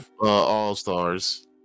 all-stars